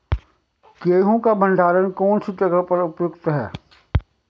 गेहूँ का भंडारण कौन सी जगह पर उपयुक्त है?